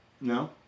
No